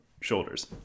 shoulders